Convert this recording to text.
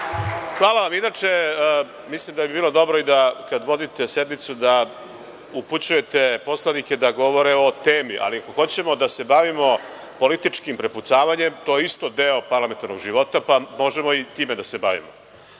Hvala. Mislim da bi bilo dobro da kada vodite sednicu da upućujete poslanike da govore o temi, ali hoćemo da se bavimo političkim prepucavanjem, to je isto deo parlamentarnog života, pa možemo i time da se bavimo. Da